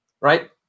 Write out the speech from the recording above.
Right